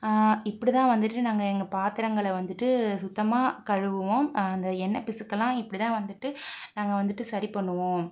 இப்படி தான் வந்துட்டு நாங்கள் எங்கள் பாத்திரங்கள வந்துட்டு சுத்தமாக கழுவுவோம் இந்த எண்ணய் பிசுக்கெல்லாம் இப்படிதான் வந்துட்டு நாங்கள் வந்துட்டு சரி பண்ணுவோம்